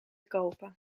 kopen